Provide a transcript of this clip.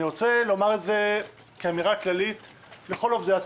אני רוצה לומר אמירה כללית לכל עובדי הציבור.